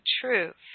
truth